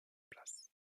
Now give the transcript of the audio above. place